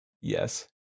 yes